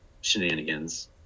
shenanigans